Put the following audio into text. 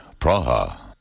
Praha